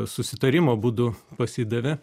susitarimo būdu pasidavė